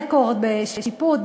רקורד בשיפוט,